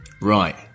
Right